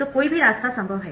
तो कोई भी रास्ता संभव है